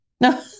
no